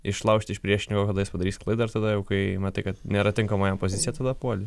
išlaužti iš priešininko kada jis padarys klaidą ir tada jau kai matai kad nėra tinkama jam pozicija tada puoli